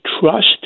trust